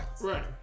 Right